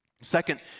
Second